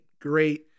great